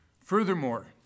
Furthermore